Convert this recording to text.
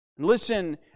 Listen